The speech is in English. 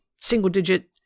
single-digit